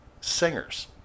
singers